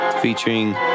featuring